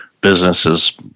businesses